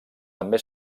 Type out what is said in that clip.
també